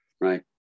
right